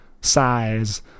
size